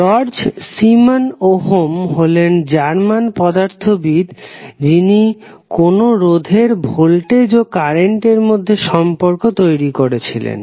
George Simon Ohm হলেন German পদার্থবিদ যিনি কোন রোধের ভোল্টেজ ও কারেন্টের মধ্যে সম্পর্ক তৈরি করেছিলেন